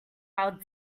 our